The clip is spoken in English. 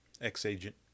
Ex-agent